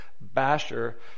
basher